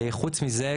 חוץ מזה,